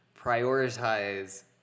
Prioritize